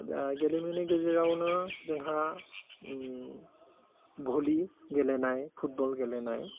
दा गेलेमुनि गेजेरावनो जोंहा भलि गेलेनाय फुटबल गेलेनाय